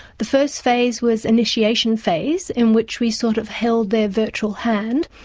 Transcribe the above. the first phase was initiation phase, in which we sort of held their virtual hand.